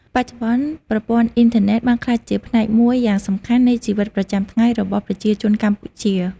បច្ចុប្បន្ន ប្រព័ន្ធអ៊ីនធឺណិតបានក្លាយជាផ្នែកមួយយ៉ាងសំខាន់នៃជីវិតប្រចាំថ្ងៃរបស់ប្រជាជនកម្ពុជា។